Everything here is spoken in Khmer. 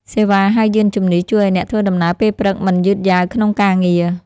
សេវាហៅយានជំនិះ ជួយឱ្យអ្នកធ្វើដំណើរពេលព្រឹកមិនយឺតយ៉ាវក្នុងការងារ។